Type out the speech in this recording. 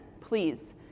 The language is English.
Please